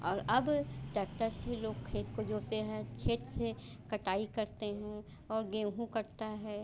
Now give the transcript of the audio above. और अब टैक्टर से लोग खेत को जोतते हैं खेत से कटाई करते हैं और गेहूँ कटता है